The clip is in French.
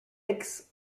aix